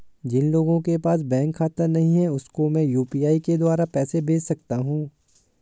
जिन लोगों के पास बैंक खाता नहीं है उसको मैं यू.पी.आई के द्वारा पैसे भेज सकता हूं?